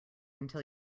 until